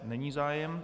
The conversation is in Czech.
Není zájem.